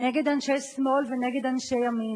נגד אנשי שמאל ונגד אנשי ימין,